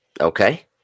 Okay